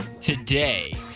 today